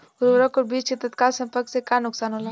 उर्वरक और बीज के तत्काल संपर्क से का नुकसान होला?